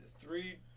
three